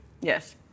Yes